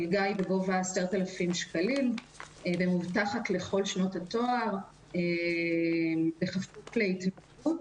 המלגה היא בגובה 10,000 שקלים ומובטחת לכל שנות התואר בכפוף להתנדבות.